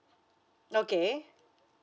okay